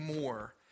more